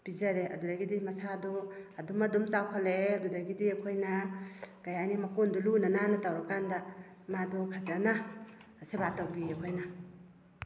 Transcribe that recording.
ꯄꯤꯖꯔꯦ ꯑꯗꯨꯗꯒꯤꯗꯤ ꯃꯁꯥꯗꯣ ꯑꯗꯨꯝ ꯑꯗꯨꯝ ꯆꯥꯎꯈꯠꯂꯛꯑꯦ ꯑꯗꯨꯗꯒꯤꯗꯤ ꯑꯩꯈꯣꯏꯅ ꯀꯔꯤ ꯍꯥꯏꯅꯤ ꯃꯀꯣꯟꯗꯣ ꯂꯨꯅ ꯅꯥꯟꯅ ꯇꯧꯔꯀꯥꯟꯗ ꯃꯥꯗꯣ ꯐꯖꯅ ꯁꯦꯕꯥ ꯇꯧꯕꯤ ꯑꯩꯈꯣꯏꯅ